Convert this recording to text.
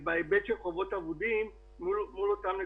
אני מייצג כמובן את כל יצרני המזון, זה כ-230